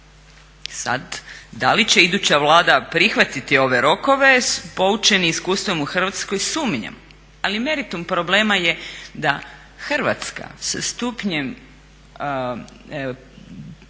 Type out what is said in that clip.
Sad da li će iduća Vlada prihvatiti ove rokove, povučeni iskustvom u Hrvatskoj sumnjam, ali meritum problema je da Hrvatska sa stupnjem